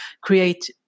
create